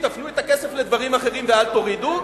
תפנו את הכסף לדברים אחרים ואל תורידו,